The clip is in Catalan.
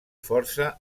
força